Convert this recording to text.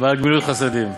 ועל גמילות חסדים".